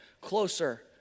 closer